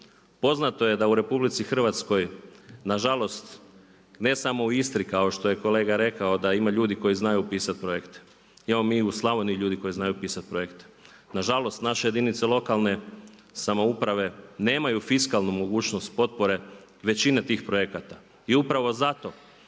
Poznato je da u RH nažalost ne samo u Istri kao što je kolega rekao da ima ljudi koji znaju pisati projekte. Imamo mi i u Slavoniji ljudi koji znaju pisati projekte. Nažalost naše jedinice lokalne samouprave nemaju fiskalnu mogućnost potpore većine tih projekata. I upravo zato